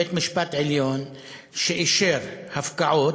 בית-משפט עליון שאישר הפקעות,